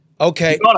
Okay